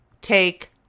take